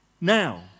now